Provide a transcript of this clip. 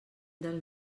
del